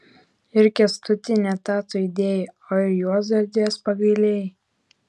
ir kęstutį ne tą tu įdėjai o ir juozui erdvės pagailėjai